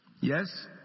Yes